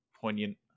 poignant